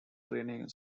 training